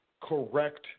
correct